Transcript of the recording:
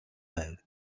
байв